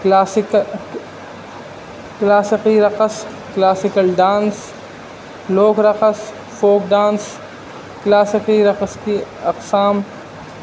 class کلاسکی رقص classical dance لوک رقص فوک ڈانس کلاسکی رقص کی اقسام